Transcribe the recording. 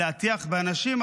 להטיח באנשים,